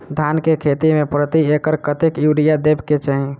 धान केँ खेती मे प्रति एकड़ कतेक यूरिया देब केँ चाहि?